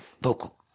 vocal